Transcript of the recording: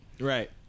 Right